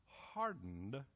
hardened